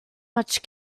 much